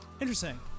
Interesting